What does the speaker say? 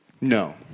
No